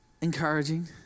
encouraging